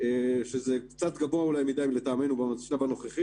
שזה קצת גבוה אולי מדי לטעמנו בשלב הנוכחי